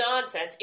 nonsense